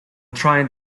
trying